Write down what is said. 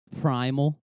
primal